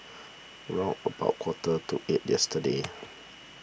round about quarter to eight yesterday